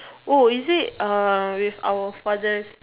oh is it uh with our father